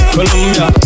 Colombia